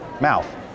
Mouth